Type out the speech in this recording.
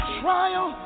trial